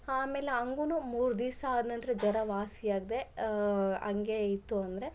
ಆಮೇಲೆ ಹಂಗು ಮೂರು ದಿವಸ ಆದನಂತ್ರ ಜ್ವರ ವಾಸಿ ಆಗದೆ ಹಂಗೇ ಇತ್ತು ಅಂದರೆ